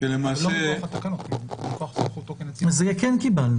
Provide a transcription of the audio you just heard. לא מכוח התקנות אלא מכוח סמכותו כנציב --- אז כן קיבלנו.